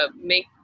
make